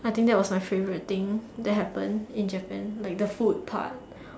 I think that was my favourite thing that happened in Japan like the food part